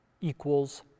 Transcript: equals